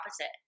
opposite